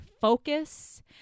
focus